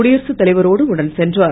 குடியரசுத் தலைவரோடு உடன் சென்றார்